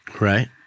Right